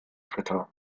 dritter